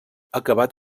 acabat